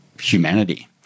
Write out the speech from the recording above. humanity